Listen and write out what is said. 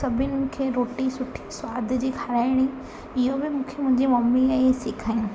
सभिनी खे रोटी सुठी सवाद जी खाराइणी इहो बि मूंखे मुंहिंजी मम्मीअ ई सेखारियई